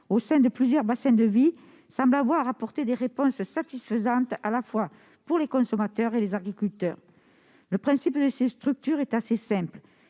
au sein de plusieurs bassins de vie semble avoir apporté des réponses satisfaisantes, pour les consommateurs comme pour les agriculteurs. Le principe de ces structures est assez simple